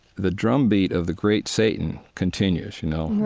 the drumbeat of the great satan continues, you know?